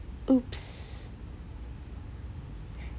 !oops!